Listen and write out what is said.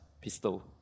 pistol